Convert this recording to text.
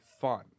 fun